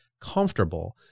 comfortable